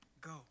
go